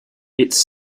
its